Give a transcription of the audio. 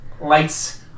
lights